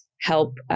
help